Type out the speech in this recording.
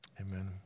Amen